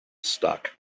stuck